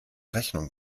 rechnung